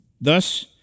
Thus